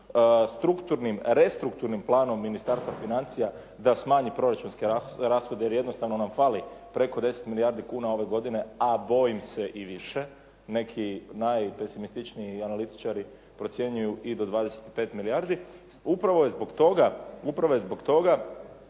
restrukturnim planom Ministarstva financija da smanji proračunske rashode, jer jednostavno nam fali preko 10 milijardi kuna ove godine, a bojim se i više. Neki najpesimističniji analitičari procjenjuju i do 25 milijardi. Upravo je zbog toga